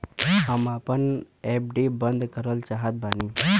हम आपन एफ.डी बंद करल चाहत बानी